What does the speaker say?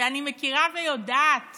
שאני מכירה ויודעת